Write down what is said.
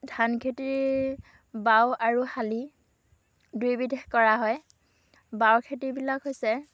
ধান খেতিৰ বাও আৰু শালি দুয়োবিধেই কৰা হয় বাও খেতিবিলাক হৈছে